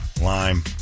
lime